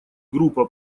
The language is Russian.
группа